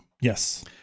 Yes